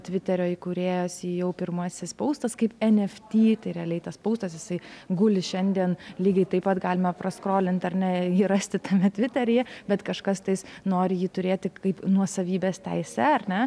tviterio įkūrėjas jo pirmasis paustas kaip en ef tį tai realiai tas paustas jisai guli šiandien lygiai taip pat galima praskolint ar ne jį rasti tame tviteryje bet kažkas tais nori jį turėti kaip nuosavybės teisę ar ne